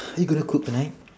are you gonna cook tonight